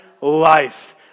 life